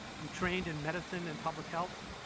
you trained in medicine and public health,